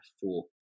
four